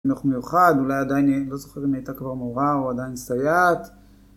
חינוך מיוחד, אולי עדיין לא זוכר אם הייתה כבר מורה או עדיין סייעת